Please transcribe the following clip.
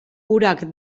urak